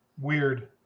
Weird